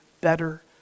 better